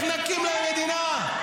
איך נקים להם מדינה?